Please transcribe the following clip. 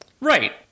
right